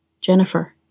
Jennifer